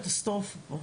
קטסטרופה.